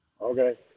Okay